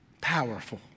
Powerful